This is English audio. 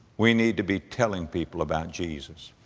we need to be telling people about jesus.